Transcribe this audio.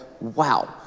wow